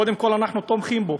קודם כול, אנחנו תומכים בו,